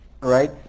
Right